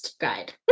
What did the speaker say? guide